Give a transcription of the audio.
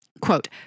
quote